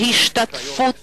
ההשתתפות